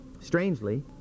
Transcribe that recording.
Strangely